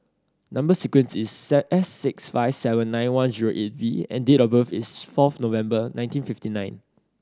number sequence is S six five seven nine one zero eight V and date of birth is fourth November nineteen fifty nine